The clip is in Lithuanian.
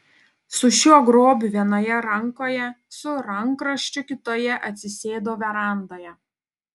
su šiuo grobiu vienoje rankoje su rankraščiu kitoje atsisėdo verandoje